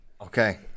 Okay